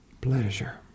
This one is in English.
pleasure